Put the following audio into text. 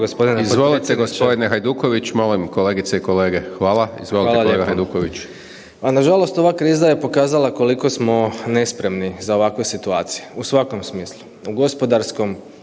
kolega Hajduković./... hvala lijepo. Pa nažalost ova kriza je pokazala koliko smo nespremni za ovakve situacije u svakom smislu. U gospodarskom,